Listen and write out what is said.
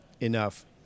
enough